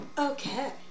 Okay